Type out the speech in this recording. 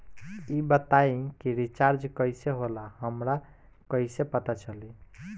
ई बताई कि रिचार्ज कइसे होला हमरा कइसे पता चली?